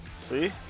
See